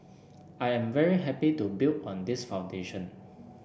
I am very happy to build on this foundation